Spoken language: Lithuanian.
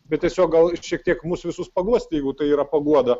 bet tiesiog gal šiek tiek mus visus paguosti jeigu tai yra paguoda